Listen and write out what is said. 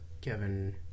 Kevin